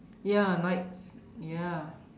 ya night ya